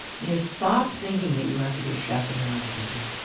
you know stop thinking that you have to be a chef in your own kitchen